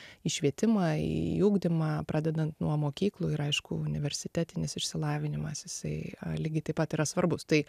į švietimą į ugdymą pradedant nuo mokyklų ir aišku universitetinis išsilavinimas jisai lygiai taip pat yra svarbus tai